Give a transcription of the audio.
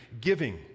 giving